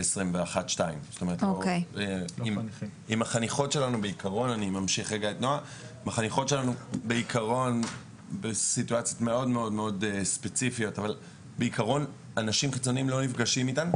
22-21. בעיקרון אנשים חיצוניים לא נפגשים איתם,